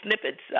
snippets